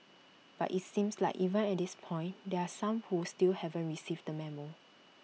but IT seems like even at this point there are some who still haven't received the memo